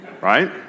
right